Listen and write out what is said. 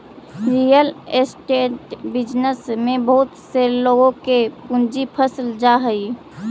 real estate business में बहुत से लोग के पूंजी फंस जा हई